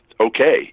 Okay